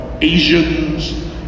Asians